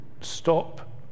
Stop